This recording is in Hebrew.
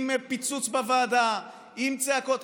עם פיצוץ בוועדה, עם צעקות.